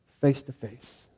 face-to-face